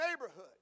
neighborhood